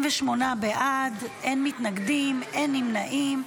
28 בעד, אין מתנגדים, אין נמנעים.